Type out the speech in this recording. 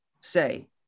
say